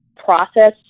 process